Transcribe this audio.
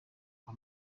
kwa